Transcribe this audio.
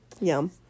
Yum